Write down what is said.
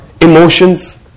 emotions